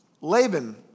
Laban